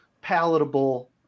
palatable